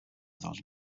those